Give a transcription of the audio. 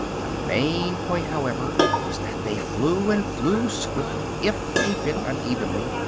the main point, however, was that they flew, and flew swiftly, if a bit unevenly,